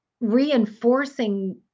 reinforcing